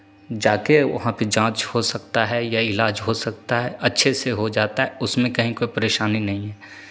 जाके वहाँ पे जांच हो सकता है या इलाज हो सकता है अच्छे से हो जाता है उसमें कहीं कोई परेशानी नहीं है